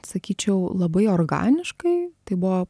sakyčiau labai organiškai tai buvo